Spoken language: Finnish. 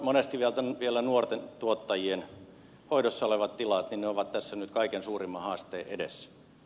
monesti vielä nuorten tuottajien hoidossa olevat tilat ovat tässä nyt kaikkein suurimman haasteen edessä